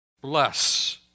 bless